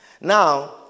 Now